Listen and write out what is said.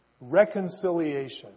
Reconciliation